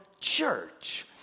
church